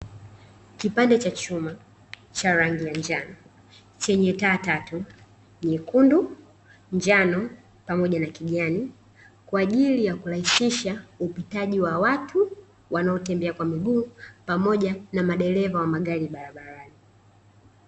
Kipande cha chuma cha rangi ya njano chenye taa tatu nyekundu, njano, pamoja na kijani kwa ajili ya kurahisisha upitaji wa watu wanaotembea kwa miguu pamoja na madereva wa magari barabarani.